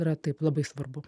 yra taip labai svarbu